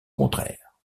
contraire